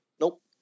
Nope